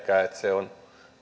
se on